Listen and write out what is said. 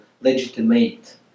legitimate